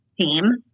team